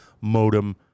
modem